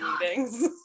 meetings